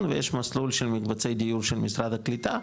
ויש מסלול של מקבצי דיור של משרד הקליטה.